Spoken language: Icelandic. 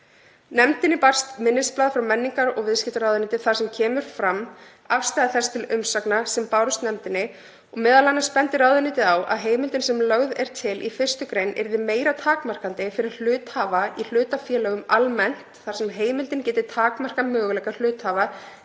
Nefndinni barst minnisblað frá menningar- og viðskiptaráðuneyti þar sem kemur fram afstaða þess til umsagna sem bárust nefndinni, m.a. bendir ráðuneytið á að heimildin sem lögð er til í 1. gr. yrði meira takmarkandi fyrir hluthafa í hlutafélögum almennt þar sem heimildin geti takmarkað möguleika hluthafa